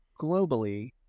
globally